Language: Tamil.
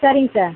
சரிங்க சார்